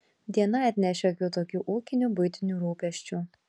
diena atneš šiokių tokių ūkinių buitinių rūpesčių